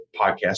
podcast